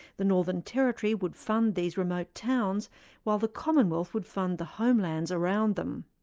the northern territory would fund these remote towns while the commonwealth would fund the homelands around them.